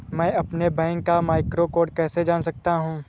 मैं अपने बैंक का मैक्रो कोड कैसे जान सकता हूँ?